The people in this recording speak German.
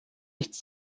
nichts